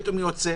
פתאום יוצא.